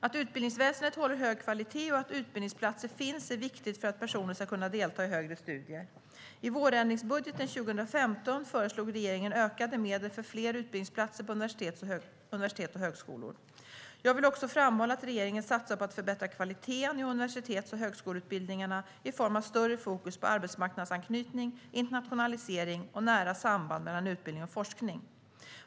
Att utbildningsväsendet håller hög kvalitet och att utbildningsplatser finns är viktigt för att personer ska kunna delta i högre studier. I vårändringsbudgeten 2015 föreslog regeringen ökade medel för fler utbildningsplatser på universitet och högskolor. Jag vill också framhålla att regeringen satsar på att förbättra kvaliteten i universitets och högskoleutbildningarna i form av större fokus på arbetsmarknadsanknytning, internationalisering och nära samband mellan utbildning och forskning.